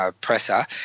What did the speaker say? presser